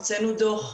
הוצאנו דוח עב-כרס.